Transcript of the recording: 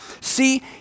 See